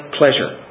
pleasure